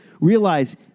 realize